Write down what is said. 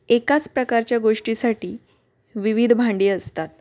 एकाच प्रकारच्या गोष्टीसाठी विविध भांडी असतात